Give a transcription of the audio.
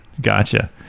gotcha